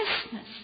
Christmas